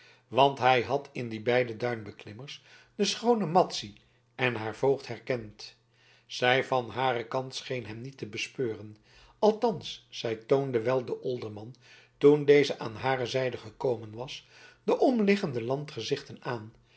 want hij had in die beide duinbeklimmers de schoone madzy en haar voogd herkend zij van haren kant scheen hem niet te bespeuren althans zij toonde wel den olderman toen deze aan hare zijde gekomen was de omliggende landgezichten aan